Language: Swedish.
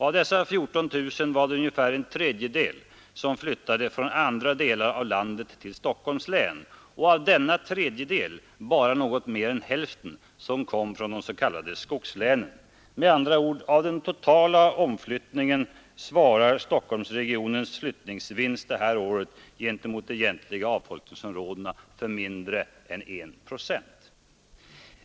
Av dessa 14 000 var det ungefär 1 3 var det bara något mer än hälften som kom från de s.k. skogslänen. Med andra ord: Av den totala omflyttningen svarar Stockholmsregionens flyttningsvinst det här året gentemot de egentliga avfolkningsområdena för mindre än en procent.